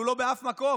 הוא לא באף מקום.